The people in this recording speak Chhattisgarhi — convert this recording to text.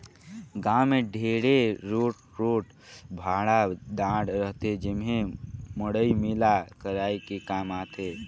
गाँव मे ढेरे रोट रोट भाठा डाँड़ रहथे जेम्हे मड़ई मेला कराये के काम आथे